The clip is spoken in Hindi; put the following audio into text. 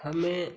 हमें